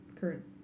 current